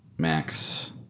max